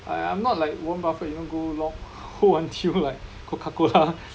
I I'm not like warren buffet you know go long hold until like Coca Cola